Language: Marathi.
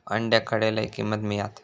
अंड्याक खडे लय किंमत मिळात?